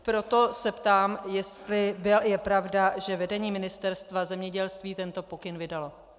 Proto se ptám, jestli je pravda, že vedení Ministerstva zemědělství tento pokyn vydalo.